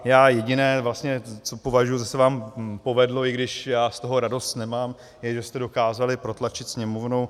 Já jediné vlastně, co považuji, že se vám povedlo, i když já z toho radost nemám, je, že jste dokázali protlačit Sněmovnou EET.